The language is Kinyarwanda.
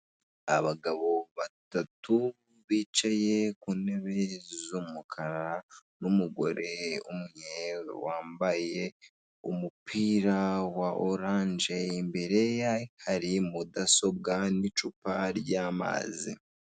Abagabo batatu bicaye ku ntebe z'umukara, n'umugore umwe wambaye umupira wa orange, imbere ye hari mudasobwa n'icupa ry'amazi.